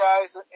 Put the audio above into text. guys